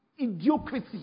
idiocracy